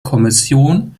kommission